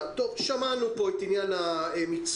שמענו פה את עניין המיצוי,